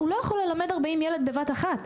הוא לא יכול ללמד 40 ילד בבת אחת.